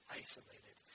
isolated